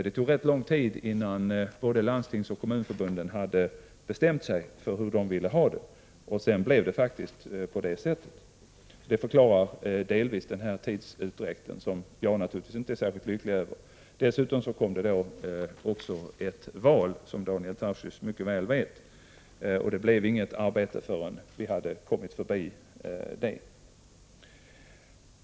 Det tog rätt lång tid innan Landstingsförbundet och Kommunförbundet hade bestämt sig för hur de ville ha det. Sedan blev det faktiskt på det sättet. Det förklarar delvis denna tidsutdräkt, som jag naturligtvis inte är särskilt lycklig över. Som Daniel Tarschys mycket väl vet hade vi också ett val i höstas, och arbetet kom inte i gång förrän vi kommit förbi valet.